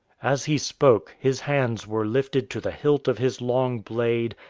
as he spoke, his hands were lifted to the hilt of his long blade,